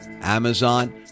Amazon